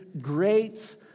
great